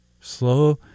slow